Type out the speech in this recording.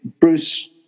Bruce